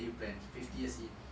then you plan fifty years in